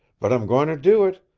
but i'm going to do it.